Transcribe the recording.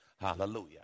Hallelujah